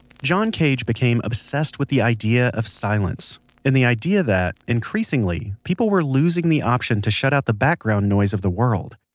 john cage became obsessed with the idea of silence and the idea that, increasingly, people were losing the option to shut out the background noise of the world.